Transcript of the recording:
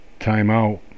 timeout